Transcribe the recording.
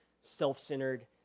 self-centered